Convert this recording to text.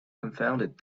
confounded